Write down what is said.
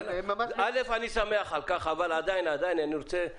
א', אני שמח על כך, אבל עדיין אני רוצה לוודא.